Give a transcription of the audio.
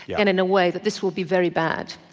and in a way that this will be very bad.